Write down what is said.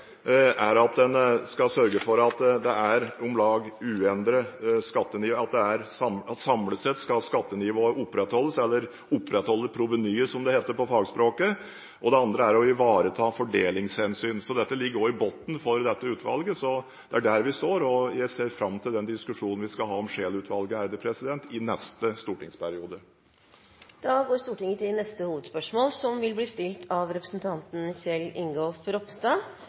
sørge for at skattenivået samlet sett skal opprettholdes – eller «opprettholde provenyet», som det heter på fagspråket – og det andre er å ivareta fordelingshensyn. Dette ligger også i bunnen for dette utvalget. Så det er der vi står, og jeg ser fram til den diskusjonen vi skal ha om Scheel-utvalgets rapport i neste stortingsperiode. Vi går videre til neste hovedspørsmål.